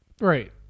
Right